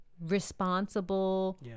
responsible